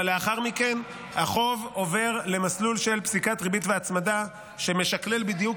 אבל לאחר מכן החוב עובר למסלול של פסיקת ריבית והצמדה שמשקלל בדיוק